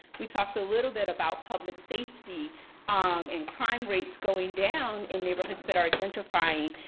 we talked a little bit about public safety um and crime rates going down in neighborhoods that are gentrifying,